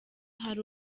hari